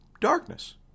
darkness